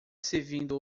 servindo